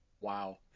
Wow